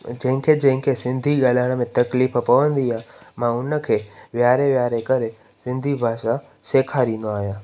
जंहिंखें जंहिंखे सिंधी ॻाल्हाइण में तकलीफ़ु पवंदी आहे मां उनखे विहारे विहारे करे सिंधी भाषा सेखारींदो आहियां